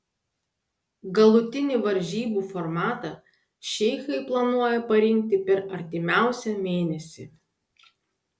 galutinį varžybų formatą šeichai planuoja parinkti per artimiausią mėnesį